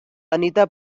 anita